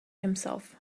himself